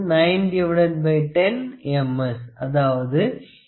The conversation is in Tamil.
S அதாவது V